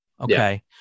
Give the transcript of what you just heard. Okay